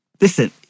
Listen